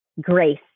Grace